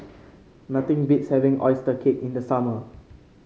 nothing beats having oyster cake in the summer